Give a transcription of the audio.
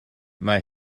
mae